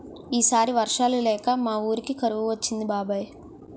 ఈ సారి వర్షాలు లేక మా వూరికి కరువు వచ్చింది బాబాయ్